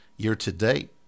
Year-to-date